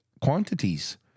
quantities